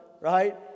right